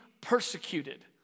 persecuted